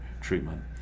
treatment